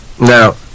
Now